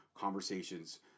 conversations